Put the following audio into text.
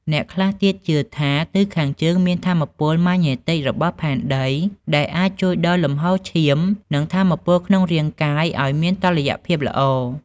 អ្នកខ្លះទៀតជឿថា ទិសខាងជើងមានថាមពលម៉ាញេទិចរបស់ផែនដី ដែលអាចជួយដល់លំហូរឈាម និងថាមពលក្នុងរាងកាយឱ្យមានតុល្យភាពល្អ។